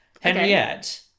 Henriette